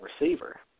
receiver